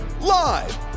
live